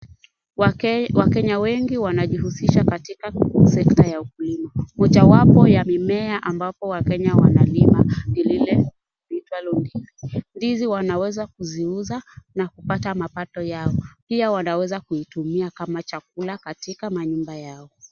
Wakenya wengi wanajihusisha katika sekta ya ukulima. Mojawapo ya mimea ambapo wakenya wanalima ni lile liitwalo ndizi. Ndizi wanaweza kuziuza na kupata mapato yao. Pia wanaweza kuitumia kama chakula katika manyumba yao.